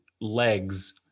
legs